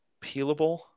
peelable